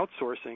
outsourcing